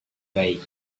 baik